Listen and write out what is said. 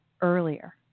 earlier